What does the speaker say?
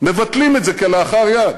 מבטלים את זה כלאחר יד,